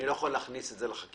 אני לא יכול להכניס את זה לחקיקה